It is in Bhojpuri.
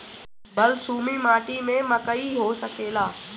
बलसूमी माटी में मकई हो सकेला?